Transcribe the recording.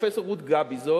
פרופסור רות גביזון,